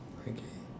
okay